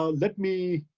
ah let me,